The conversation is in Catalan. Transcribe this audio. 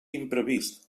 imprevist